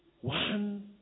one